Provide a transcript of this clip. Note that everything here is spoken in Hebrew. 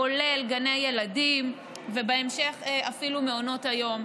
כולל גני ילדים ובהמשך אפילו מעונות היום.